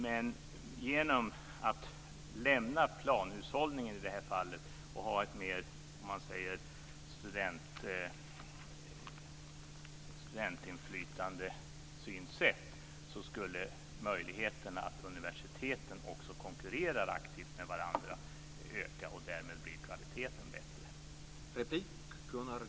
Men genom att man lämnar planhushållningen, i det här fallet, och har ett synsätt som mer handlar om studentinflytande skulle möjligheten för universiteten att konkurrera aktivt med varandra öka. Och därmed blir kvaliteten bättre.